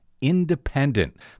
Independent